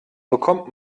bekommt